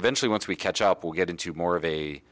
eventually once we catch up we'll get into more of a